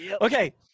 Okay